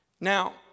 Now